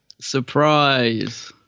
Surprise